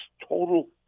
total